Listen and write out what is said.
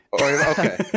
Okay